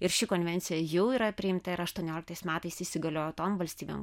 ir ši konvencija jau yra priimta ir aštuonioliktais metais įsigaliojo tom valstybėm